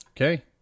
Okay